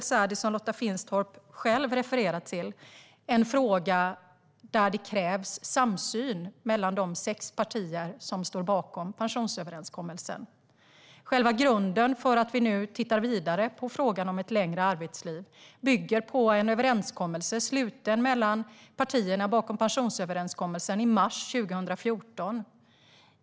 Som Lotta Finstorp själv refererar till är det en fråga där det krävs samsyn mellan de sex partier som står bakom pensionsöverenskommelsen. Själva grunden för att vi nu tittar vidare på frågan om ett längre arbetsliv bygger på en överenskommelse sluten mellan partierna bakom pensionsöverenskommelsen i mars 2014.